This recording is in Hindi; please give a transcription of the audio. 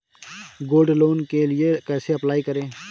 गोल्ड लोंन के लिए कैसे अप्लाई करें?